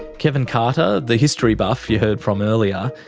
kevin carter, the history buff you heard from earlier,